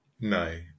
No